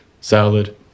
salad